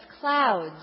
clouds